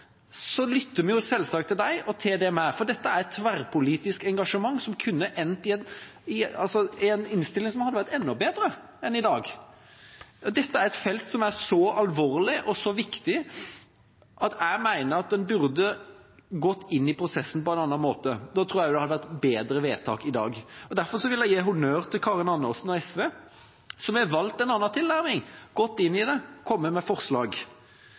så alvorlig og så viktig at jeg mener en burde gått inn i prosessen på en annen måte. Da tror jeg det også hadde blitt bedre vedtak i dag. Derfor vil jeg gi honnør til Karin Andersen og SV, som har valgt en annen tilnærming – gått inn i det, kommet med forslag.